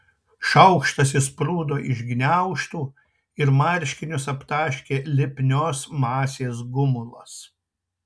šaukštas išsprūdo iš gniaužtų ir marškinius aptaškė lipnios masės gumulas